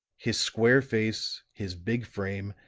his square face, his big frame,